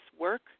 work